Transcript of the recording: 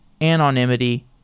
anonymity